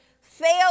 fail